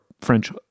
French